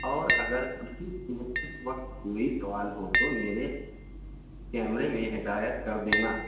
اور اگر کسی کو اس وقت کوئی سوال ہو تو میرے کیمرے میں ہدایت کر دینا